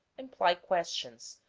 imply questions,